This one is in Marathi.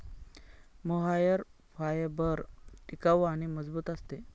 मोहायर फायबर टिकाऊ आणि मजबूत असते